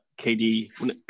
KD